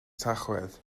tachwedd